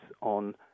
on